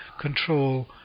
control